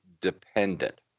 dependent